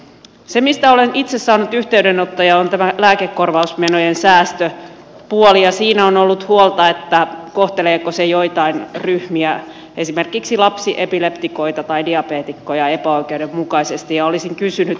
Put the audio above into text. se mistä olen itse saanut yhteydenottoja on tämä lääkekorvausmenojen säästöpuoli ja siinä on ollut huolta että kohteleeko se joitain ryhmiä esimerkiksi lapsiepileptikoita tai diabeetikkoja epäoikeudenmukaisesti ja olisin kysynyt